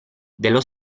dello